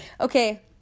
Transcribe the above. Okay